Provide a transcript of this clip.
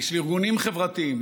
של ארגונים חברתיים,